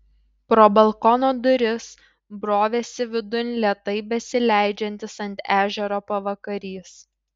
pro balkono duris brovėsi vidun lėtai besileidžiantis ant ežero pavakarys